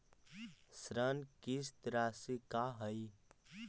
ऋण किस्त रासि का हई?